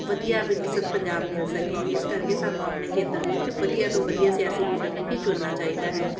ਵਧੀਆ ਵਿਕਸਿਤ ਪੰਜਾਬ ਮਿਲ ਸਕੇ ਇਸ ਕਰਕੇ ਸਾਨੂੰ ਆਪਣੇ ਖੇਤਰ ਵਿੱਚ ਵਧੀਆ ਤੋਂ ਵਧੀਆ ਸਿਆਸੀ ਲੀਡਰ ਨੂੰ ਹੀ ਚੁਣਨਾ ਚਾਹੀਦਾ ਹੈ